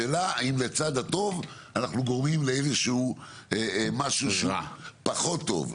השאלה האם לצד הטוב אנחנו גורמים לאיזשהו משהו שהוא פחות טוב.